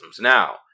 Now